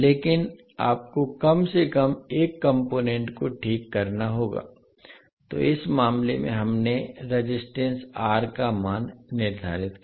लेकिन आपको कम से कम एक कॉम्पोनेन्ट को ठीक करना होगा तो इस मामले में हमने रेजिस्टेंस R का मान निर्धारित किया